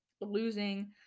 losing